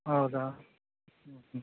ಹೌದಾ ಹ್ಞೂ ಹ್ಞೂ